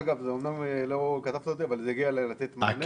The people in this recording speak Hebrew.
אמנם לא כיתבת אותי, אבל זה הגיע אליי לתת מענה.